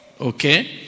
Okay